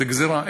זו גזירה,